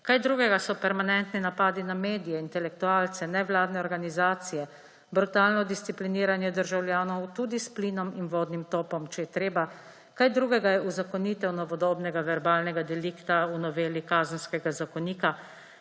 Kaj drugega so permanentni napadi na medije, intelektualce, nevladne organizacije, brutalno discipliniranje državljanov, tudi s plinom in vodnim topom, če je treba?! Kaj drugega je uzakonitev novodobnega verbalnega delikta v noveli Kazenskega zakonika,